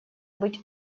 быть